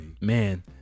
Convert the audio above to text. Man